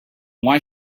why